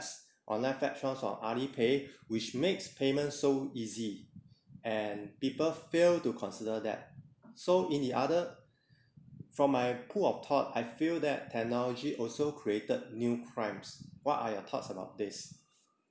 online platforms of alipay which makes payment so easy and people fail to consider that so in the other from my pool of thought I feel that technology also created new crimes what are your thoughts about this